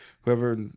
whoever